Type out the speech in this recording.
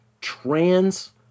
trans